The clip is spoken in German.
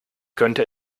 könnte